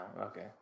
Okay